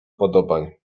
upodobań